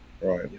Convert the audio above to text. right